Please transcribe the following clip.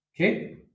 Okay